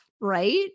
Right